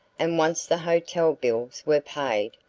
and once the hotel bills were paid,